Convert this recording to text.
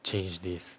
change this